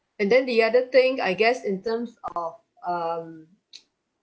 and then the other thing I guess in terms of um